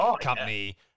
company